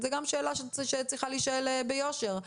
זו גם שאלה שצריכה להישאל ביושר.